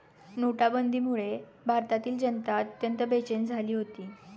नोटाबंदीमुळे भारतातील जनता अत्यंत बेचैन झाली होती